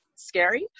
scary